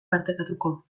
partekatuko